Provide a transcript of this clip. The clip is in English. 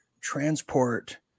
transport